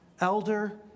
elder